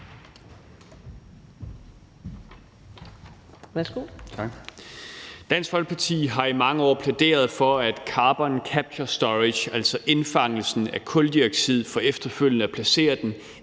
Dansk Folkeparti har i mange år plæderet for, at carbon capture and storage, altså indfangelsen af kuldioxid for efterfølgende at placere den